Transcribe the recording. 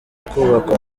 kubakwa